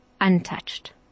untouched